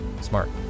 Smart